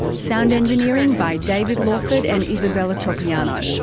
sound engineering by david lawford and isabella tropiano.